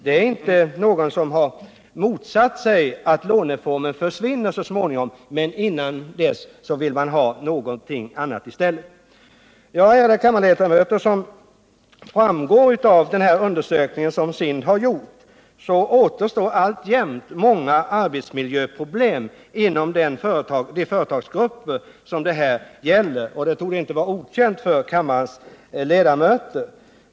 Det är inte någon som har motsatt sig att låneformen försvinner så småningom, men innan dess vill man ha någonting annat i stället. Ärade kammarledamöter! Som framgår av den undersökning som SIND har gjort återstår alltjämt många arbetsmiljöproblem inom de företagsgrupper som det här gäller, och detta torde inte vara okänt för kammarens ledamöter.